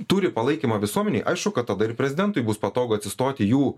turi palaikymą visuomenėj aišku kad tada ir prezidentui bus patogu atsistoti jų